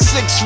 Six